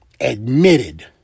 admitted